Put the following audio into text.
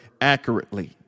accurately